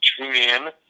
TuneIn